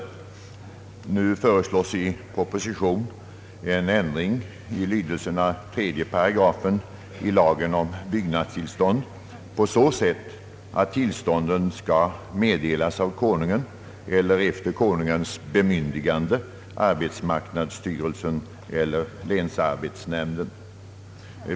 I propositionen föreslås en ändring i lydelsen av 3 § lagen om igångsättningstillstånd för byggnadsarbete. Ändringen innebär att tillstånd skall meddelas av Konungen eller, efter Konungens bemyndigande, arbetsmarknadsstyrelsen eller länsarbetsnämnden.